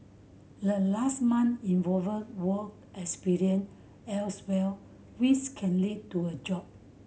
the last month involve work experience elsewhere which can lead to a job